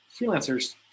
freelancers